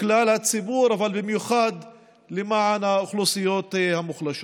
כלל הציבור, אבל במיוחד למען האוכלוסיות המוחלשות.